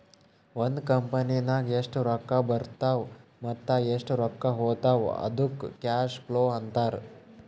ಒಂದ್ ಕಂಪನಿನಾಗ್ ಎಷ್ಟ್ ರೊಕ್ಕಾ ಬರ್ತಾವ್ ಮತ್ತ ಎಷ್ಟ್ ರೊಕ್ಕಾ ಹೊತ್ತಾವ್ ಅದ್ದುಕ್ ಕ್ಯಾಶ್ ಫ್ಲೋ ಅಂತಾರ್